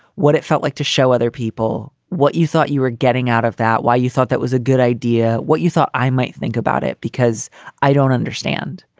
what it felt like to show other people what you thought you were getting out of that. why you thought that was a good idea, what you thought i might think about it because i don't understand.